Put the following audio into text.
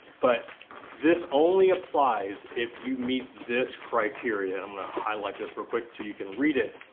but this only applies if you meet this criteria. i'm gonna highlight this real quick so you can read it.